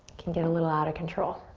can get a little out of control.